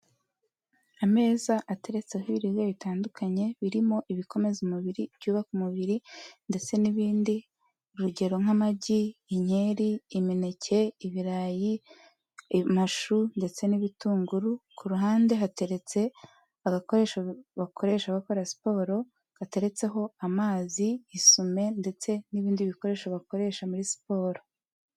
Ameza ateretseho ibiryo bitandukanye, birimo ibikomeza umubiri, ibyubaka umubiri ndetse n'ibindi, urugero nk'amagi ,inkeri ,imineke ,ibirayi ,amashu ndetse n'ibitunguru, ku ruhande hateretse agakoresho bakoresha bakora siporo gateretseho amazi ,isume ndetse n'ibindi bikoresho bakoresha muri siporo.